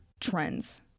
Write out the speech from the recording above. trends